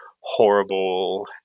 horrible